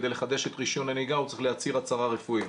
כדי לחדש את רישיון הנהיגה הוא צריך להצהיר הצהרה רפואית.